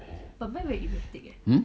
mm